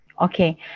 Okay